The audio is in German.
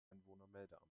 einwohnermeldeamt